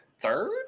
Third